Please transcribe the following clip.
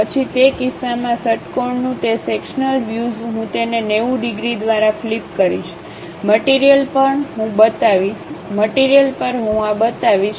પછી તે કિસ્સામાં ષટ્કોણનું તે સેક્શન્લ વ્યુઝ હું તેને 90 ડિગ્રી દ્વારા ફ્લિપ કરીશ મટીરીયલ પર હું આ બતાવીશ